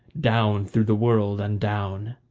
down through the world and down.